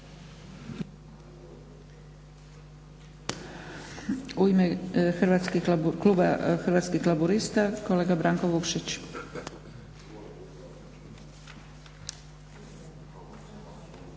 U ime kluba Hrvatskih laburista kolega Branko Vukšić.